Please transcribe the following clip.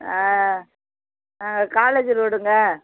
ஆ college ரோடுங்க